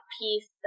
piece